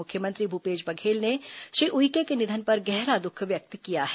मुख्यमंत्री भूपेश बघेल ने श्री उइके के निधन पर गहरा दुख व्यक्त किया है